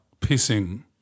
pissing